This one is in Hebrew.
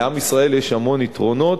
לעם ישראל יש המון יתרונות,